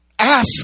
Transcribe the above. Ask